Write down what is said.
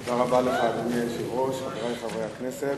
תודה רבה לך, אדוני היושב-ראש, חברי חברי הכנסת,